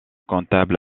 comptable